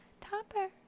Topper